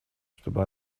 чтобы